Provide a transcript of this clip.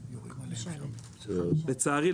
לצערי,